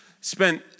spent